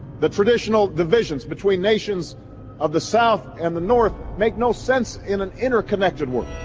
the traditional divisions between nations of the south and the north make no sense in an interconnected world.